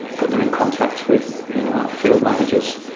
put them in contact with you know our field managers,